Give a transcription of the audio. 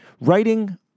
Writing